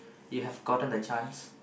you've gotten the chance